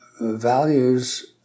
values